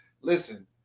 listen